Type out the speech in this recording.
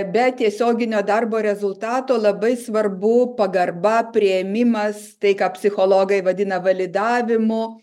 be tiesioginio darbo rezultato labai svarbu pagarba priėmimas tai ką psichologai vadina validavimu